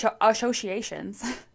associations